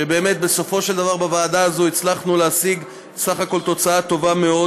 שבאמת בסופו של דבר בוועדה הזאת הצלחנו להשיג סך הכול תוצאה טובה מאוד.